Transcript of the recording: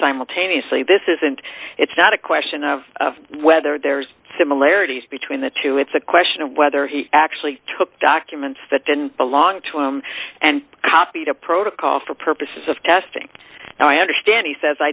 simultaneously this isn't it's not a question of whether there's similarities between the two it's a question of whether he actually took documents that didn't belong to him and copied a protocol for purposes of testing and i understand he says i